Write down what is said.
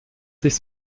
sich